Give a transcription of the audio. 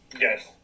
Yes